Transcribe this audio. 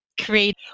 create